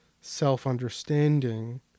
self-understanding